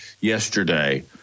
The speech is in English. yesterday